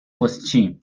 پستچیم